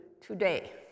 today